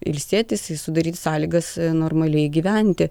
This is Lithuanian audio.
ilsėtis jai sudaryti sąlygas normaliai gyventi